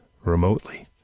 remotely